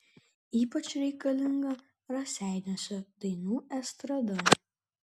ypač reikalinga raseiniuose dainų estrada